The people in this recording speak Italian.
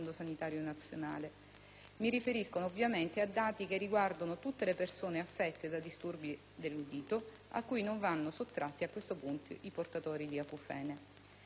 Mi riferisco ovviamente a dati che riguardano tutte le persone affette da disturbi dell'udito, a cui non vanno sottratti a questo punto i portatori di acufene.